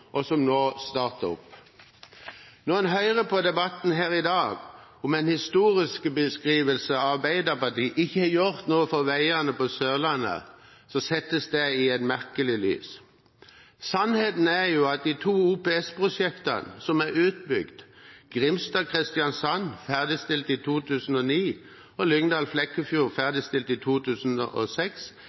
at det nå starter opp. Når en hører på debatten her i dag, med en historiebeskrivelse av at Arbeiderpartiet ikke har gjort noe for veiene på Sørlandet, settes det i et merkelig lys. Sannheten er jo at begge de to OPS-prosjektene som er utbygd – Grimstad–Kristiansand, ferdigstilt i 2009, og Lyngdal–Flekkefjord, ferdigstilt i 2006